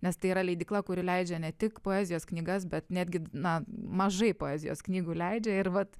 nes tai yra leidykla kuri leidžia ne tik poezijos knygas bet netgi na mažai poezijos knygų leidžia ir vat